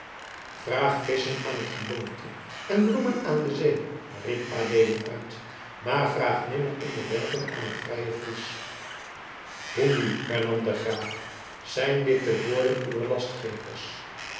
vraag visschen aan het geboomte en bloemen aan de zee riep adeelen uit maar vraag nimmer onderwerping aan een vrijen fries hoe nu hernam de graaf zijn dit de woorden uwer